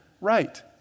right